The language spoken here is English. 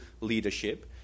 leadership